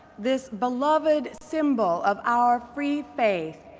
this beloved symbol of our free faith,